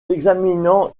examinant